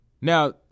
Now